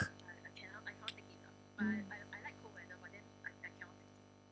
mm